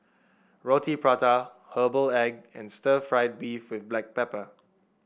Roti Prata Herbal Egg and Stir Fried Beef with Black Pepper